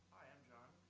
i'm jon.